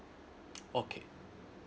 okay